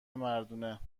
مردونه